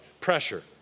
pressure